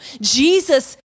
Jesus